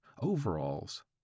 Overalls